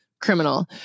criminal